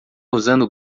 usando